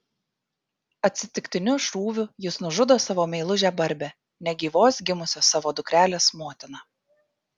atsitiktiniu šūviu jis nužudo savo meilužę barbę negyvos gimusios savo dukrelės motiną